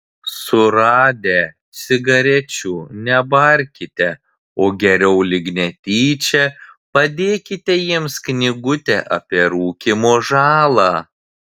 suradę cigarečių nebarkite o geriau lyg netyčia padėkite jiems knygutę apie rūkymo žalą